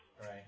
Right